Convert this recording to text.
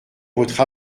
votre